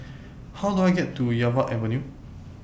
How Do I get to Yarwood Avenue